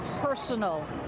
personal